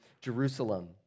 Jerusalem